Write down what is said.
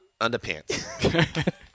underpants